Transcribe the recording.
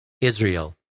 Israel